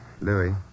Louis